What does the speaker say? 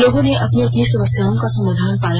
लोगों ने अपनी अपनी समस्याओं का समाधान पाया